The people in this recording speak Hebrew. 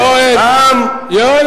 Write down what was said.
כי אתם לא עושים כלום.